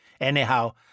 Anyhow